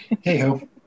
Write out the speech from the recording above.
Hey-ho